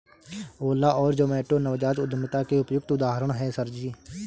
ओला और जोमैटो नवजात उद्यमिता के उपयुक्त उदाहरण है सर जी